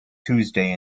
tuesday